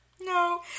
No